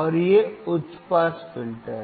और ये उच्च पास फ़िल्टर हैं